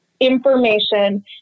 information